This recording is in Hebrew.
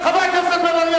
חבר הכנסת בן-ארי,